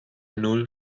null